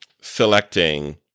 selecting